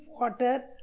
water